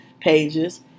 pages